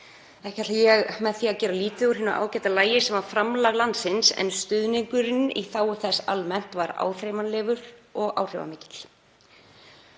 Ekki ætla ég með því að gera lítið úr hinu ágæta lagi sem var framlag landsins, en stuðningurinn í þágu þess almennt var áþreifanlegur og áhrifamikill.